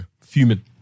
fuming